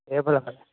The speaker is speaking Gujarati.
એ ભલે મળીએ